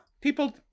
people